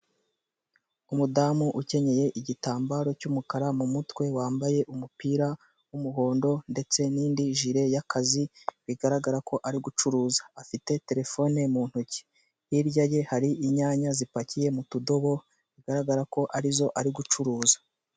Umudamu ukenyeye igitambaro cy'umukara mu mutwe, wambaye umupira w'umuhondo ndetse n'indi jure y'akazi, bigaragara ko ari gucuruza. Afite telefone mu ntoki. Hirya ye hari inyanya zipakiye mu tudobo, bigaragara ko ari zo ari gucuruza.